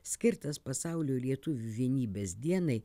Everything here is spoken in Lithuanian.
skirtas pasaulio lietuvių vienybės dienai